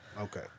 Okay